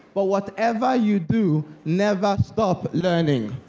but whatever you do, never stop learning.